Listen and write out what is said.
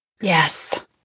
Yes